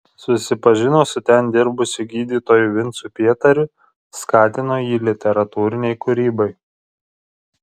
susipažino su ten dirbusiu gydytoju vincu pietariu skatino jį literatūrinei kūrybai